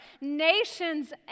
nations